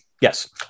Yes